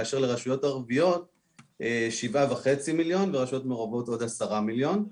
כאשר לרשויות הערביות 7.5 מיליון ולרשויות מעורבות עוד 10 מיליון.